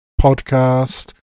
podcast